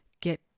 get